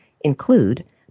include